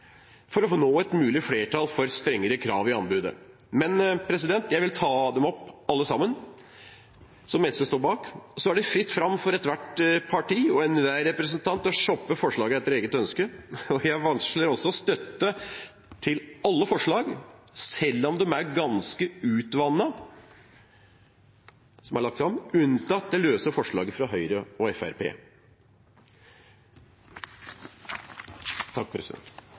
for å nå et mulig flertall for strengere krav i anbudet. Men jeg vil ta opp alle forslagene som SV står bak. Så er det fritt fram for ethvert parti og enhver representant å shoppe forslag etter eget ønske. Jeg varsler også støtte til alle forslag – selv om de er ganske utvannede – som er lagt fram, unntatt de løse forslagene fra Høyre og